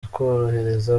twohereza